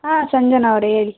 ಹಾಂ ಸಂಜನಾ ಅವರೇ ಹೇಳಿ